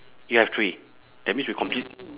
you have three that means we complete